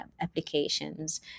applications